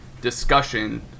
discussion